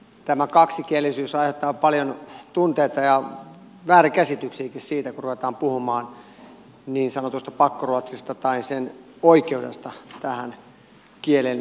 tämä kaksikielisyys aiheuttaa paljon tunteita ja väärinkäsityksiäkin kun ruvetaan puhumaan niin sanotusta pakkoruotsista tai ruotsin oikeudesta tähän kielen erityisasemaan